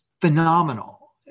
phenomenal